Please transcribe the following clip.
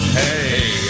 Hey